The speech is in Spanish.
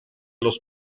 los